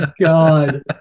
god